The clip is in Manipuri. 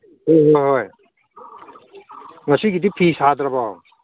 ꯍꯣꯏ ꯍꯣꯏ ꯍꯣꯏ ꯉꯁꯤꯒꯤꯗꯤ ꯐꯤ ꯁꯥꯗ꯭ꯔꯕꯣ